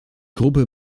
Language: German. gruppe